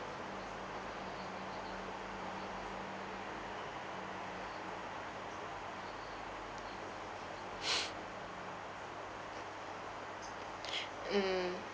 mm